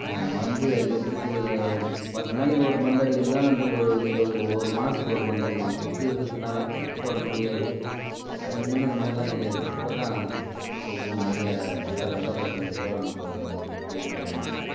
மருந்து அடிக்கிறதுக்கு பத்து நாளைக்கு ஒரு மருந்து அடிக்கிறோம்னா அந்த ஒரு இருவது ஒரு மாதத்துக்கு ஒரு மருந்து அடிக்கலாம் கொக்கு இருக்கிறதுனால இப்போ என்னுடைய இது அதுக்கு முன்ன இந்த மாரிலாம் கிடையாது இப்போ தான் கொக்குங்க நிறைய நல்ல வெள்ளை கொக்குங்க பூரா நம்ப ஊரில் வந்துருக்குது